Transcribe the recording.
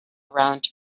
around